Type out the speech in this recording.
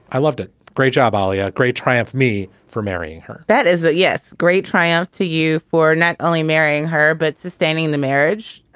i loved it. great job, aleya. great triumph me for marrying her that is that. yes. great triumph to you for not only marrying her, but sustaining the marriage.